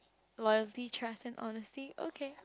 loyalty trust and honesty okay